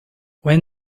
when